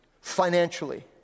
Financially